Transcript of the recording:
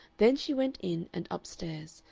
then she went in and up-stairs,